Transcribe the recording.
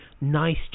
nice